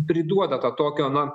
priduoda to tokio na